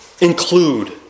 include